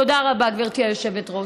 תודה רבה, גברתי היושבת-ראש.